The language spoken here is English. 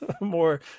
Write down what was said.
more